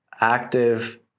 active